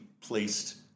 placed